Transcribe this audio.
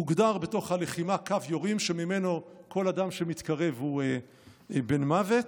הוגדר בתוך הלחימה קו יורים שממנו כל אדם שמתקרב הוא בן מוות,